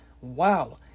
Wow